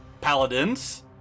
Paladins